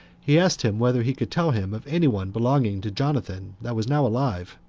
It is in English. he asked him whether he could tell him of any one belonging to jonathan that was now alive,